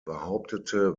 behauptete